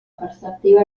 preceptiva